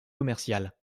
commercial